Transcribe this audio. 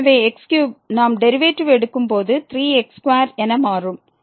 எனவே x3 நாம் derivative எடுக்கும் போது 3 x2 என மாறும்